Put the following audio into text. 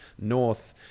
North